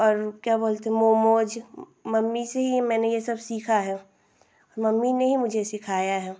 और क्या बोलते हैं मोमोज़ मम्मी से ही मैंने यह सब सीखा है और मम्मी ने ही मुझे सिखाया है